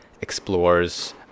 explores